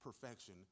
perfection